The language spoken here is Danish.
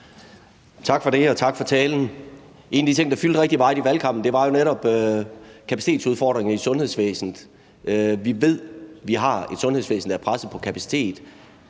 Tak for det, og tak for talen. En af de ting, der fyldte rigtig meget i valgkampen, var jo netop kapacitetsudfordringer i sundhedsvæsenet. Vi ved, at vi har et sundhedsvæsen, der er presset på kapacitet,